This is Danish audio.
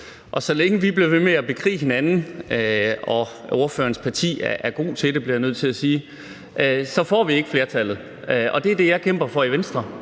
og så længe vi bliver ved med at bekrige hinanden – og ordførerens parti er gode til det, bliver jeg nødt til at sige – får vi ikke flertallet, og det er det, som jeg kæmper for i Venstre,